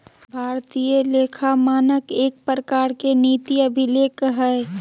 भारतीय लेखा मानक एक प्रकार के नीति अभिलेख हय